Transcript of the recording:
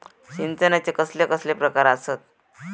सिंचनाचे कसले कसले प्रकार आसत?